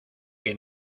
que